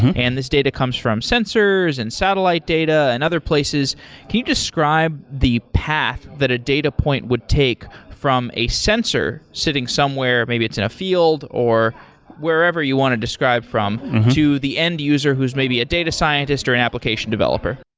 and this data comes from sensors and satellite data and other places. can you describe the path that a data point would take from a sensor sitting somewhere, maybe it's in a field, or wherever you want to describe from, to the end-user who's maybe a data scientist, or an application developer?